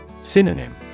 Synonym